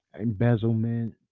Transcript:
embezzlement